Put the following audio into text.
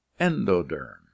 endoderm